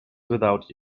without